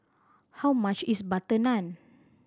how much is butter naan